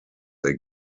they